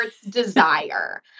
desire